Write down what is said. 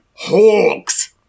Hawks